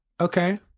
okay